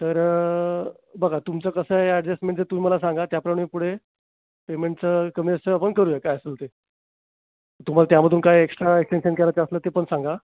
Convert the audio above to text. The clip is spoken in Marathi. तर बघा तुमचं कसं आहे ॲडजस्टमेन्ट ते तुम्ही मला सांगा त्याप्रमाणे पुढे पेमेंटचं कमी जास्त आपण करूया काय असेल ते तुम्हाल त्यामधून काही एक्स्ट्रा एक्टेंशन करायचं असलं ते पण सांगा